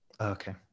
Okay